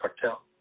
cartel